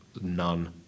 none